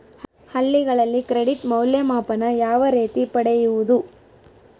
ಹಳ್ಳಿಗಳಲ್ಲಿ ಕ್ರೆಡಿಟ್ ಮೌಲ್ಯಮಾಪನ ಯಾವ ರೇತಿ ಪಡೆಯುವುದು?